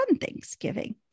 Thanksgiving